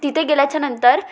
तिथे गेल्याच्या नंतर